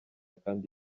kandi